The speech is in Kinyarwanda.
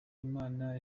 imana